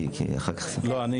לדבר.